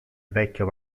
vecchio